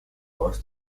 was